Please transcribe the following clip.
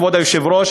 כבוד היושב-ראש,